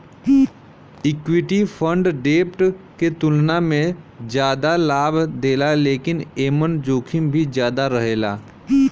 equity fund डेब्ट के तुलना में जादा लाभ देला लेकिन एमन जोखिम भी ज्यादा रहेला